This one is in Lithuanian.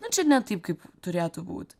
nu čia ne taip kaip turėtų būti